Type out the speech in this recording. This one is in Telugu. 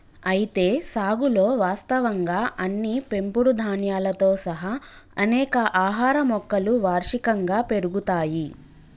అయితే సాగులో వాస్తవంగా అన్ని పెంపుడు ధాన్యాలతో సహా అనేక ఆహార మొక్కలు వార్షికంగా పెరుగుతాయి